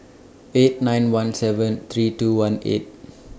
eight nine one seven three two one eight